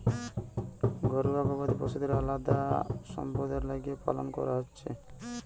ঘরুয়া গবাদি পশুদের আলদা সম্পদের লিগে পালন করা হতিছে